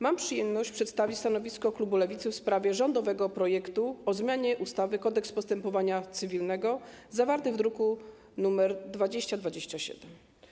Mam przyjemność przedstawić stanowisko klubu Lewicy w sprawie rządowego projektu o zmianie ustawy - Kodeks postępowania cywilnego, zawartego w druku nr 2027.